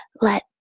let